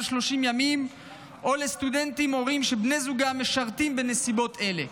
30 ימים או לסטודנטים הורים שבני זוגם משרתים בנסיבות האלה.